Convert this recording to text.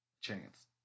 chance